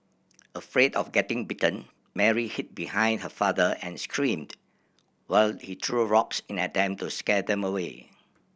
afraid of getting bitten Mary hid behind her father and screamed while he threw rocks in an attempt to scare them away